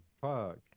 fuck